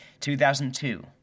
2002